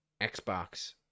Xbox